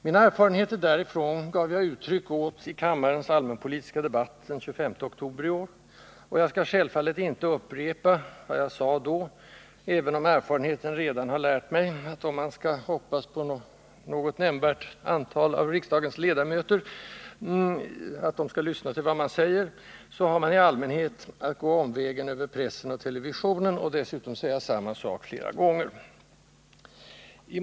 Mina erfarenheter därifrån gav jag uttryck åt i kammarens allmänpolitiska debatt den 25 oktober i år, och jag skall självfallet inte upprepa vad jag då sade, även om erfarenheten lärt mig att om man skall hoppas nå rågot nämnvärt antal av riksdagens ledamöter måste man i allmänhet gå omvägen över pressen och televisionen och dessutom säga samma sak flera gånger.